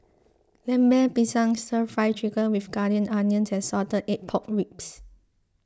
Lemper Pisang Stir Fry Chicken with Ginger Onions and Salted Egg Pork Ribs